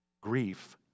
grief